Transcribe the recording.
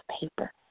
paper